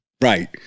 right